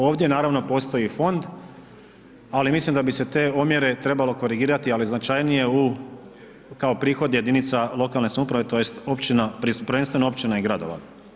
Ovdje naravno postoji fond, ali mislim da bi se te omjere trebalo korigirati ali značajnije kao prihod jedinica lokalne samouprave tj. općina prvenstveno općina i gradova.